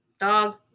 dog